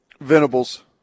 Venables